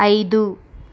ఐదు